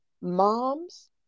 Moms